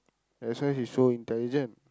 that's why he's so intelligent